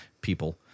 people